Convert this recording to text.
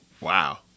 Wow